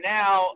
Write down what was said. now